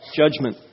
judgment